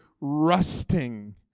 rusting